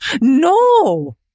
no